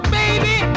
baby